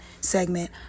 segment